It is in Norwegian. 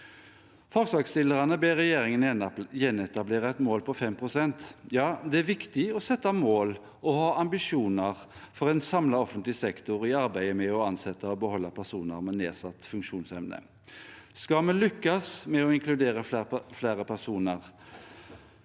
Forslagsstillerne ber regjeringen gjenetablere et mål på 5 pst. Det er viktig å sette mål og ha ambisjoner for en samlet offentlig sektor i arbeidet med å ansette og beholde personer med nedsatt funksjonsevne. Skal vi lykkes med å inkludere flere personer,